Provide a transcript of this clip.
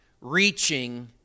reaching